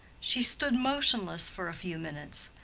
she stood motionless for a few minutes,